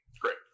Great